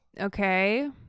Okay